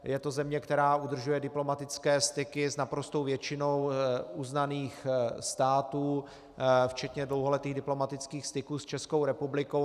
Je to země, která udržuje diplomatické styky s naprostou většinou uznaných států včetně dlouholetých diplomatických styků s Českou republikou.